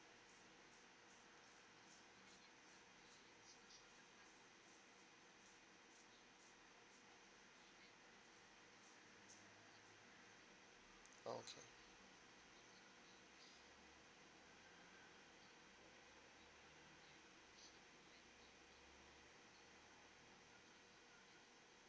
okay